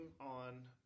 on –